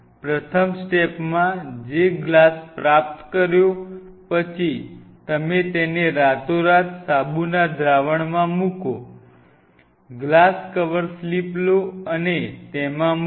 પ્રથમ સ્ટેપમાં જે ગ્લાસ પ્રાપ્ત કર્યો પછી તમે તેને રાતોરાત સાબુના દ્રાવણ માં મૂકો ગ્લાસ કવર સ્લિપ લો અને તેમાં મૂકો